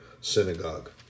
synagogue